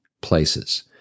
places